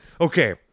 okay